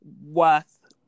worth